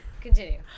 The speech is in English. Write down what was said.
Continue